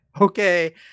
Okay